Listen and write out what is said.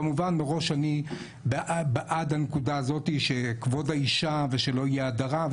כמובן מראש אני בעד הנקודה הזאת שכבוד האישה ושלא יהיה הדרה,